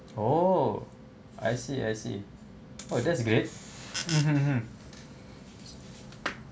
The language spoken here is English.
oh I see I see oh that's great mmhmm hmm